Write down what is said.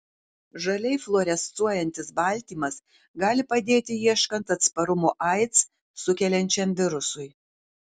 žaliai fluorescuojantis baltymas gali padėti ieškant atsparumo aids sukeliančiam virusui